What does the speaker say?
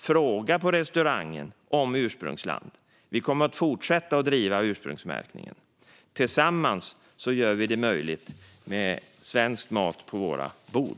Fråga på restaurangen om ursprungsland! Vi kommer att fortsätta att driva frågan om ursprungsmärkningen. Tillsammans gör vi det möjligt med svensk mat på våra bord.